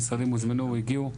המשרדים הוזמנו, הגיעו?